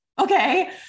Okay